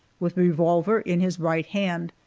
with revolver in his right hand,